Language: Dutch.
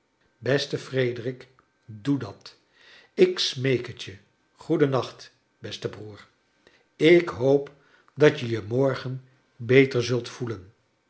beste frederik doe dat ik smeek het je goeden nacht beste broer ik hoop dat je je morgan beter zult voelen